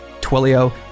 Twilio